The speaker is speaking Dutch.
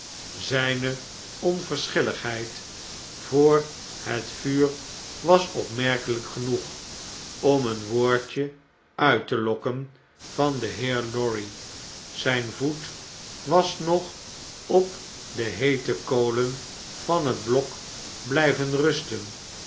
zjjne onverschilligheid voor het vuur was opmerkeljjk genoeg om een woordje uit te lokken van den heer lorry zijn voet was nog op de heete kolen van het blok bljjven rusten